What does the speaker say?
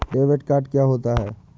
Debit card क्या होता है?